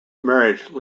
marriage